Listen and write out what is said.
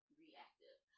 reactive